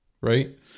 Right